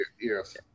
Yes